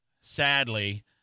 Sadly